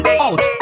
out